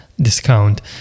discount